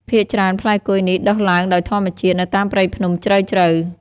ភាគច្រើផ្លែគុយនេះដុះឡើងដោយធម្មជាតិ នៅតាមព្រៃភ្នំជ្រៅៗ។